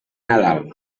nadal